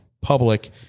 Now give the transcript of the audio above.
public